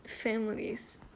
families